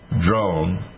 drone